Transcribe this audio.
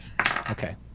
Okay